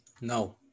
No